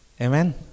Amen